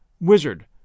Wizard